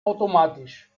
automatisch